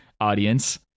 audience